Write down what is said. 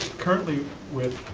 currently with